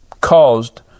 caused